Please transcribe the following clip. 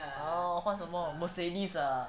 oh 换什么 mercedes ah